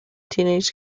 teenage